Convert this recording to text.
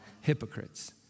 hypocrites